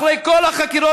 אחרי כל החקירות,